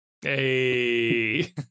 Hey